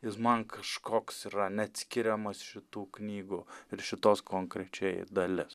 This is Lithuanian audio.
jis man kažkoks yra neatskiriamas šitų knygų ir šitos konkrečiai dalis